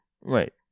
right